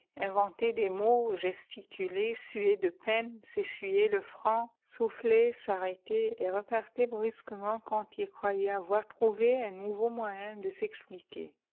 inventait des mots gesticulait suait de peine s'essuyait le front soufflait s'arrêtait et repartait brusquement quand il croyait avoir trouvé un nouveau moyen de s'expliquer